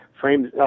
frames